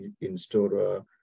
in-store